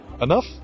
Enough